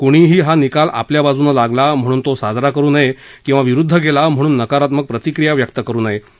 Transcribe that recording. कुणीही हा निकाल आपल्या बाजूनं लागला म्हणून तो साजरा करु नये किंवा विरुद्ध गेला म्हणून नकारात्मक प्रतिक्रिया व्यक्त करु नये असं ते म्हणाले